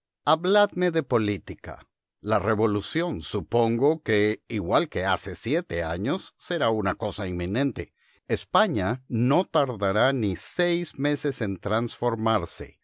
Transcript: habladme de política la revolución supongo que igual que hace siete años será una cosa inminente españa no tardará ni seis meses en transformarse